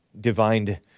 divined